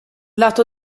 lato